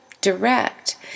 direct